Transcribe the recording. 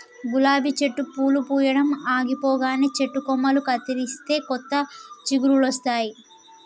గులాబీ చెట్టు పూలు పూయడం ఆగిపోగానే చెట్టు కొమ్మలు కత్తిరిస్తే కొత్త చిగురులొస్తాయి